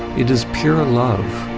it is pure love.